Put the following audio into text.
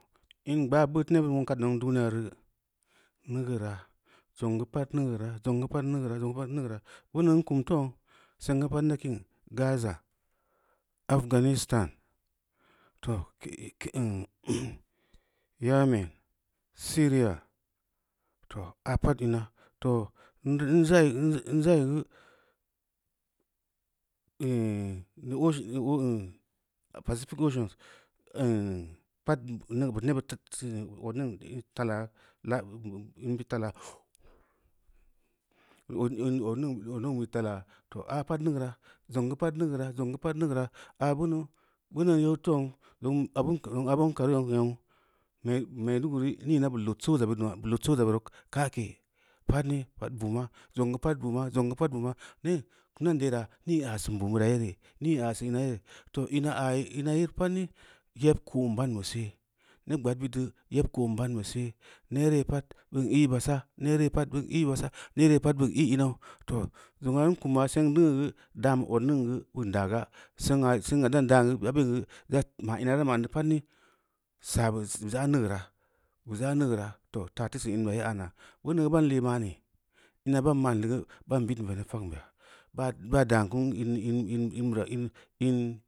In gbaa baneu teu nebid muong kadn zong duniya roo neugeura, zong geu pad neu geura, zongeu pad neugeera, zong geu pad neugera, beunuu n kum teu zong seng geu pad na kim, gazah, afganistan, too, keu imm yamb silia, too tin imm pad neugeud nebbid odning tala laa, in bid tala odning bid fala, too aa pad neugeura zong geu pad neugeura, zong giu pad neugeura aa bonou bonou yne teu zong orbun karu zong maiduguri mina bu lod soja bira kaleb pad no? Pad buma zong geu pad bama, zong geu pad buma, nii kum nan deera nii aa sin bum bira yere nii aa sin ina yel, too ina aa ina yee pad ni yeb ko’n ban bu see, neb gbad bid de yeb ko’n bun bu se, neere pad bin ī basa, neere pad bin ī, basa, neere pad bin ī’ m̄au, too zongna n kumwa seng dungneu geu danbu odning geu bin daaga, sengnu dan dan geu bura be’n gau da ma ina ra ma’n neu pad ni saa bu ja’ neugeuro, bu za’ neugeura, too, taa teu sin in bira yeo aa na, beuneu ban lee ma’ni, ina ban ma’n neu gau bon bidn veneb fagnbeya bom dan ku in bira